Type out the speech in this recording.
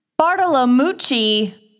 Bartolomucci